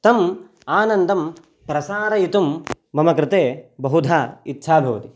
तम् आनन्दं प्रसारयितुं मम कृते बहुधा इच्छा भवति